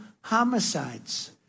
homicides